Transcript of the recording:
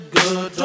good